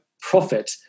profit